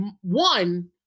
one